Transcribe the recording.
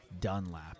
dunlap